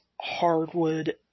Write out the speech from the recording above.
Hardwood